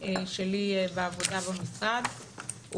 שלי בעבודה במשרד,